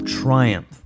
triumph